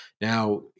Now